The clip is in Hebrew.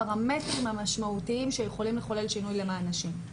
הפרמטרים המשמעותיים שיכולים לחולל שינוי למען נשים.